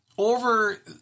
Over